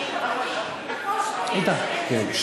כן.